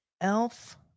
Elf